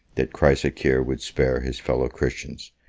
that chrysocheir would spare his fellow-christians,